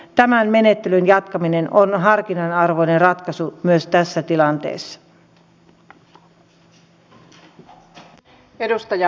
tämän menettelyn jatkaminen on harkinnan arvoinen ratkaisu myös tässä tilanteessa